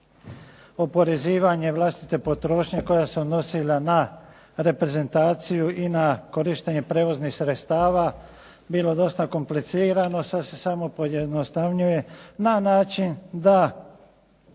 oporezivanje vlastite potrošnje koja se odnosila na reprezentaciju i na korištenje prijevoznih sredstava bilo dosta komplicirano, sada se samo pojednostavnjuje na način da